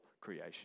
creation